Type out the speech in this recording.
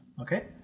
Okay